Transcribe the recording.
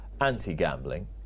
anti-gambling